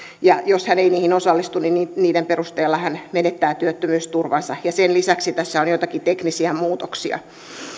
ja jos hän ei niihin osallistu niin niin niiden perusteella hän menettää työttömyysturvansa ja sen lisäksi tässä on joitakin teknisiä muutoksia